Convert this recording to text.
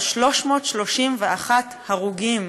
על 331 הרוגים.